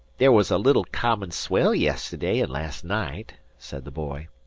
there was a little common swell yes'day an' last night, said the boy.